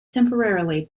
temporarily